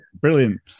brilliant